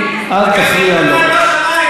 אתה זה שרוצה להסית שם.